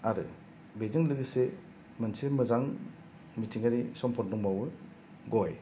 आरो बेजों लोगोसे मोनसे मोजां मिथिंगायारि सम्पद दंबावो गय